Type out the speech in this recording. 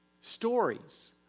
stories